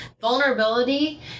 Vulnerability